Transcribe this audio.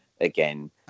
again